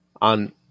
on